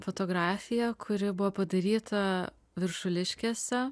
fotografiją kuri buvo padaryta viršuliškėse